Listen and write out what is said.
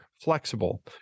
flexible